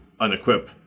unequip –